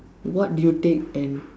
what do you take and